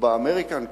ב"אמריקן קולוני"